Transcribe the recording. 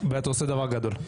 אתה עושה דבר גדול.